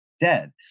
dead